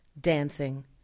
dancing